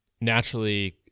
naturally